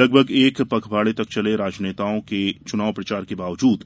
लगभग एक पखवाड़े तक चले राजनेताओं के चुनाव प्रचार के बावजूद